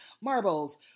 Marbles